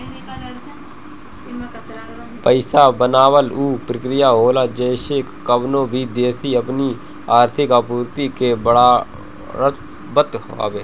पईसा बनावल उ प्रक्रिया होला जेसे कवनो भी देस अपनी आर्थिक आपूर्ति के बढ़ावत हवे